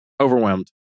overwhelmed